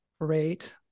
great